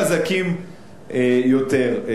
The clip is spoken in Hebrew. חזקים יותר.